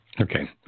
Okay